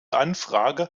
anfrage